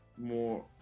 more